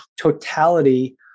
totality